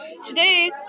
Today